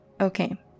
Okay